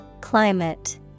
Climate